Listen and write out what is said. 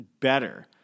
better